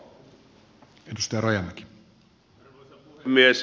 arvoisa puhemies